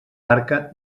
barca